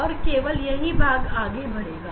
और सिर्फ यह हिस्सा बचेगा